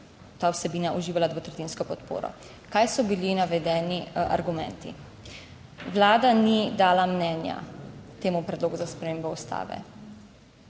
ta vsebina uživala dvotretjinsko podporo. Kaj so bili navedeni argumenti? Vlada ni dala mnenja temu predlogu za spremembo Ustave.